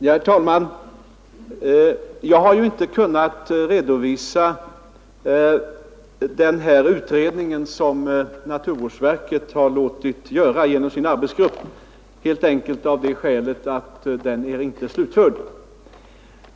Herr talman! Jag har inte kunnat redovisa den här utredningen, som naturvårdsverket har låtit göra genom sin arbetsgrupp, helt enkelt av det skälet att den inte är slutförd.